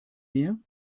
meer